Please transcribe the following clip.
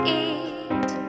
eat